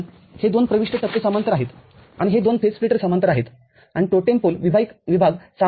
हे दोन प्रविष्टटप्पे समांतर आहेत आणि हे दोन फेज स्प्लिटर समांतर आहेत आणि टोटेम पोलविभाग सामाईक आहे